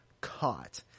caught